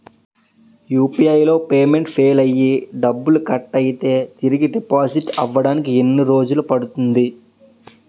UPI లో payment fail అయ్యి డబ్బులు కట్ అయితే తిరిగి డిపాజిట్ అవ్వడానికి ఎన్ని రోజులు పడుతుంది?